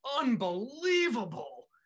unbelievable